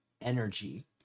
energy